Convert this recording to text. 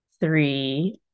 three